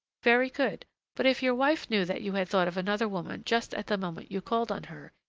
very good but if your wife knew that you had thought of another woman just at the moment you called on her,